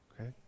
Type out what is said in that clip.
Okay